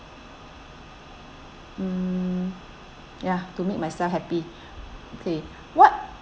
mm ya to make myself happy okay what